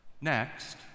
Next